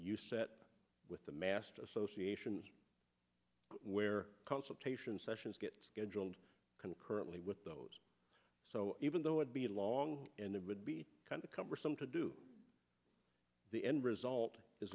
you set with the mast association where consultation sessions get scheduled concurrently with those so even though it be long and it would be kind of cumbersome to do the end result is